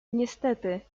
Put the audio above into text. niestety